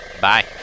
Bye